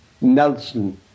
Nelson